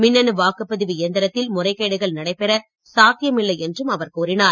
மின்னணு வாக்குபதிவு இயந்திரத்தில் முறைகேடுகள் நடைபெற சாத்தியமில்லை என்றும் அவர் கூறினார்